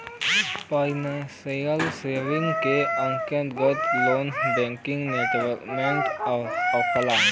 financial service क अंतर्गत loan banking investment आवेला